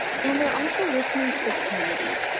and they're also listening to the community.